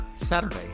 Saturday